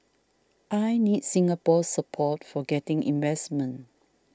I need Singapore support for getting investment